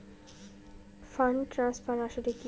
Fund transfer আসলে কী?